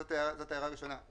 זאת הערה ראשונה.